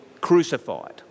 crucified